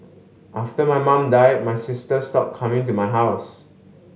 after my mum died my sister stopped coming to my house